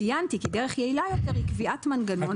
"ציינתי כי דרך יעילה יותר היא קביעת מנגנון,